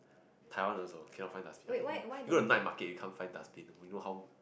Taiwan also cannot find dustbin one you you go to night market you cannot find dustbin you know how